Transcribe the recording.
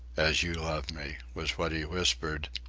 as you love me, was what he whispered.